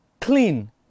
Clean